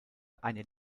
eine